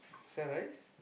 sell rice